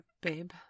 Babe